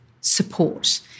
support